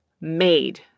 made